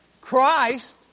Christ